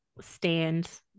stand